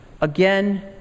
Again